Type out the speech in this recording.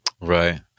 Right